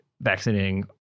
vaccinating